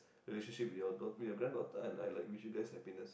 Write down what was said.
relationship with your daugh~ with your granddaughter and I like wish you guys happiness